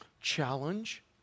challenge